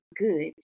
good